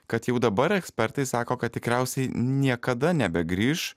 kad jau dabar ekspertai sako kad tikriausiai niekada nebegrįš